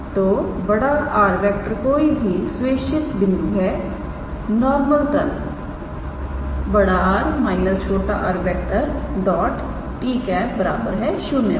तो 𝑅⃗ कोई भी स्वेच्छित बिंदु है नॉर्मल तल 𝑅⃗ − 𝑟⃗𝑡̂ 0 पर